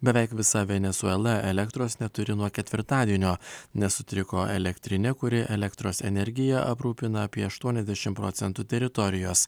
beveik visa venesuela elektros neturi nuo ketvirtadienio nes sutriko elektrinė kuri elektros energija aprūpina apie aštuoniasdešimt procentų teritorijos